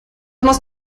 machst